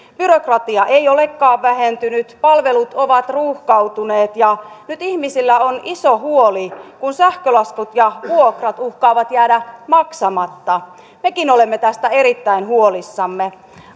byrokratia ei olekaan vähentynyt palvelut ovat ruuhkautuneet ja nyt ihmisillä on iso huoli kun sähkölaskut ja vuokrat uhkaavat jäädä maksamatta mekin olemme tästä erittäin huolissamme